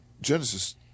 Genesis